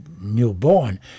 newborn